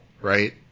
right